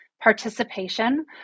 participation